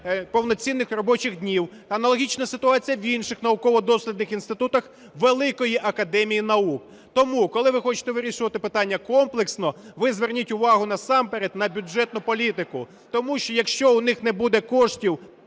повноцінних робочих днів. Аналогічна ситуація в інших науково-дослідних інститутах великої Академії наук. Тому, коли ви хочете вирішувати питання комплексно, ви зверніть увагу насамперед на бюджетну політику, тому що якщо у них не буде коштів